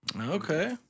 Okay